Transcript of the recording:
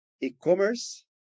e-commerce